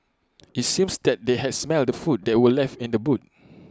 IT seems that they had smelt the food that were left in the boot